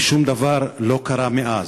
ושום דבר לא קרה מאז.